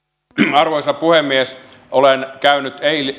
arvoisa puhemies olen käynyt